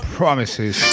promises